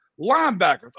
Linebackers